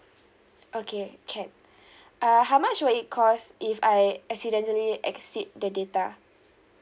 okay can err how much will it cost if I accidentally exceed the data